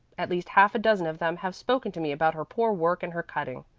at least half a dozen of them have spoken to me about her poor work and her cutting.